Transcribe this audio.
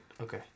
okay